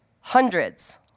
hundreds